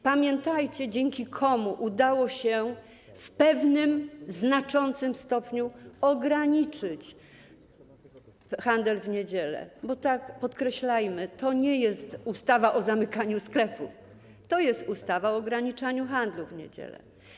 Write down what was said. Pamiętajcie, dzięki komu udało się w pewnym znaczącym stopniu ograniczyć handel w niedziele, bo podkreślajmy: to nie jest ustawa o zamykaniu sklepów, to jest ustawa o ograniczaniu handlu w niedziele.